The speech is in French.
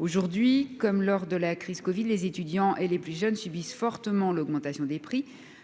Aujourd'hui, comme lors de la crise du covid-19, les étudiants et les plus jeunes subissent fortement l'augmentation des prix.